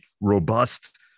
robust